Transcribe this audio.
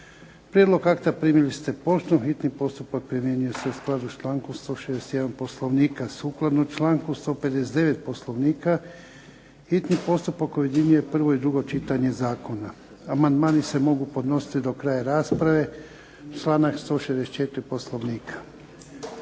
Prijedlog akta primili ste poštom. Hitni postupak primjenjuje se u skladu s člankom 161. Poslovnika. Sukladno članku 159. Poslovnika hitni postupak objedinjuje prvo i drugo čitanje zakona. Amandmani se mogu podnositi do kraja rasprave članak 164. Poslovnika.